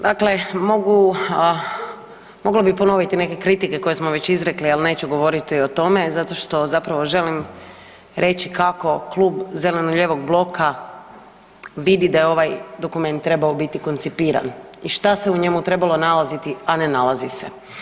Dakle mogla bi ponoviti neke kritike koje smo već izrekli, ali neću govoriti o tome zato što zapravo želim reći kako Klub zeleno-lijevog bloka vidi da je ovaj dokument trebao biti koncipiran i šta se u njemu trebalo nalaziti, a ne nalazi se.